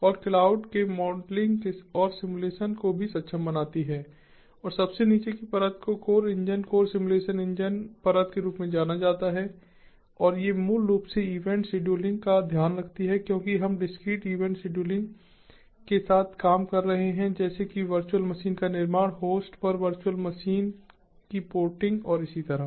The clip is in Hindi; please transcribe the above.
और क्लाउड के मॉडलिंग और सिम्युलेशन को भी सक्षम बनाती है और सबसे नीचे की परत को core engine core simulation engine परत के रूप में जाना जाता है और ये मूल रूप से इवेंट शेड्यूलिंग का ध्यान रखती हैं क्योंकि हम डिस्क्रीट ईवेंट सिम्युलेशन के साथ काम कर रहे हैं जैसे कि वर्चुअल मशीन का निर्माण होस्ट पर वर्चुअल मशीन की पोर्टिंग और इसी तरह